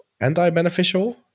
anti-beneficial